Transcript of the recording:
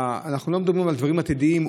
אנחנו לא מדברים על דברים עתידיים,